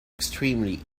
extremely